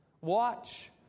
Watch